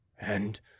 And